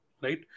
right